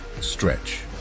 Stretch